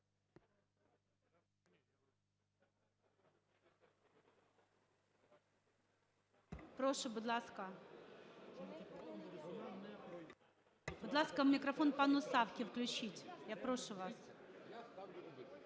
Прошу, будь ласка. Будь ласка, мікрофон пану Савці включіть. Я прошу вас.